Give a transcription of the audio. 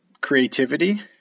creativity